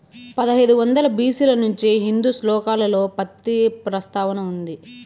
పదహైదు వందల బి.సి ల నుంచే హిందూ శ్లోకాలలో పత్తి ప్రస్తావన ఉంది